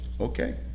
Okay